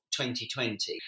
2020